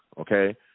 okay